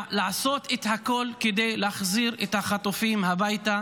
לעשות את הכול כדי להחזיר את החטופים הביתה